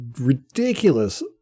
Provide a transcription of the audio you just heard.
ridiculous